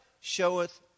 showeth